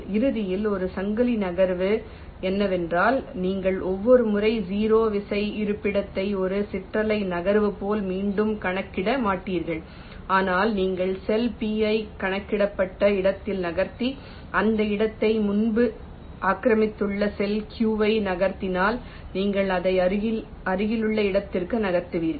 இறுதியாக ஒரு சங்கிலி நகர்வு என்னவென்றால் நீங்கள் ஒவ்வொரு முறையும் 0 விசை இருப்பிடத்தை ஒரு சிற்றலை நகர்வு போல மீண்டும் கணக்கிட மாட்டீர்கள் ஆனால் நீங்கள் செல் p ஐ கணக்கிடப்பட்ட இடத்தில் நகர்த்தி அந்த இடத்தை முன்பு ஆக்கிரமித்துள்ள செல் q ஐ நகர்த்தினால் நீங்கள் அதை அருகிலுள்ள இடத்திற்கு நகர்த்துவீர்கள்